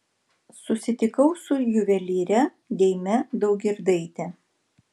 susitikau su juvelyre deime daugirdaite